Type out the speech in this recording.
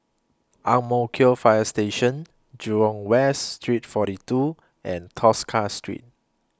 Ang Mo Kio Fire Station Jurong West Street forty two and Tosca Street